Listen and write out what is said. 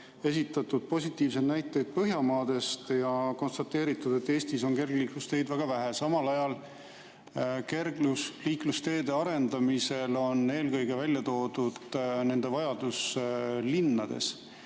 esitatud positiivseid näiteid Põhjamaadest ja konstateeritud, et Eestis on kergliiklusteid väga vähe. Samal ajal on kergliiklusteede arendamisel eelkõige välja toodud nende vajadus linnades.